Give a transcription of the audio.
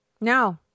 no